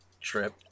trip